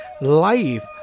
life